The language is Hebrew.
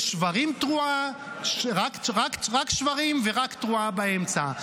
יש שברים-תרועה, רק שברים ורק תרועה באמצע.